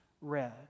read